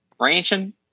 ranching